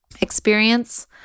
experience